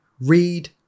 read